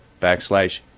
backslash